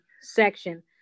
section